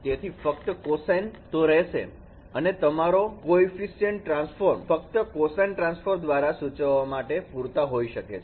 તેથી ફક્ત cosine તો રહેશે અને તમારો coeficient transform ફક્ત કોસાઈન ટ્રાન્સફોર્મેશન દ્વારા સૂચવવા માટે પૂરતા હોઈ શકે છે